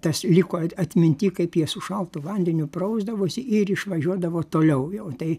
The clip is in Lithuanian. tas liko atminty kaip jie su šaltu vandeniu prausdavosi ir išvažiuodavo toliau jau tai